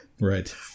right